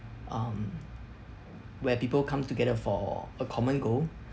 um where people come together for a common goal